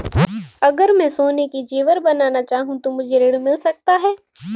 अगर मैं सोने के ज़ेवर बनाना चाहूं तो मुझे ऋण मिल सकता है?